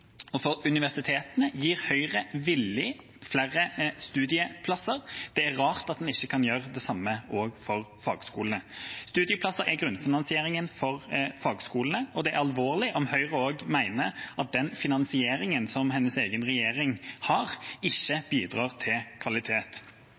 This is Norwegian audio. universitetene gir Høyre gjerne flere studieplasser. Det er rart at en ikke kan gjøre det samme for fagskolene. Studieplasser er grunnfinansieringen for fagskolene, og det er alvorlig om Høyre-representanten Kristensen mener at den finansieringen som hennes egen regjering har, ikke